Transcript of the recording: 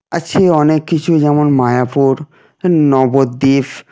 আছে অনেক কিছুই যেমন মায়াপুর নবদ্বীপ